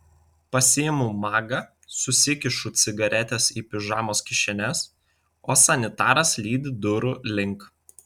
pasiimu magą susikišu cigaretes į pižamos kišenes o sanitaras lydi durų link